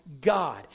God